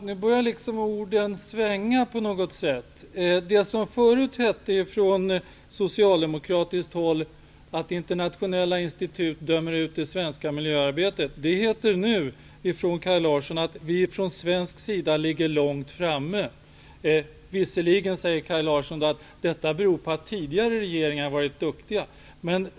Herr talman! Nu börjar det hela svänga på något sätt. Tidigare hette det från socialdemokratiskt håll att internationella institut dömer ut det svenska miljöarbetet. Nu sade Kaj Larsson att vi i Sverige ligger långt framme, visserligen beroende på att tidigare regeringar har varit duktiga.